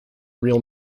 real